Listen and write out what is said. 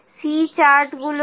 C চার্টগুলো কি